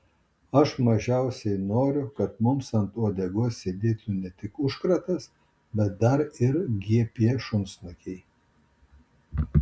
aš mažiausiai noriu kad mums ant uodegos sėdėtų ne tik užkratas bet dar ir gp šunsnukiai